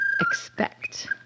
Expect